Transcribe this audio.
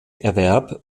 erwerb